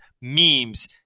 memes